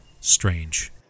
Strange